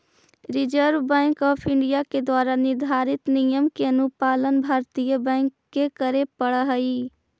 reserve bank of India के द्वारा निर्धारित नियम के अनुपालन भारतीय बैंक के करे पड़ऽ हइ